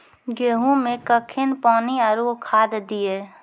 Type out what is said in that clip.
गेहूँ मे कखेन पानी आरु खाद दिये?